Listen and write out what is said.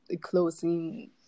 closing